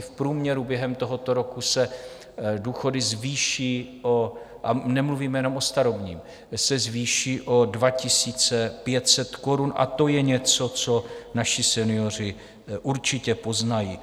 V průměru během tohoto roku se důchody zvýší a nemluvíme jenom o starobních se zvýší o 2 500 korun, a to je něco, co naši senioři určitě poznají.